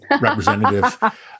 representative